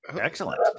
Excellent